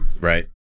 right